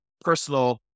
personal